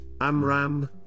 Amram